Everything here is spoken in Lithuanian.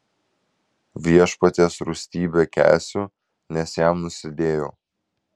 viešpaties rūstybę kęsiu nes jam nusidėjau